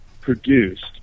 produced